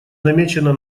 намечена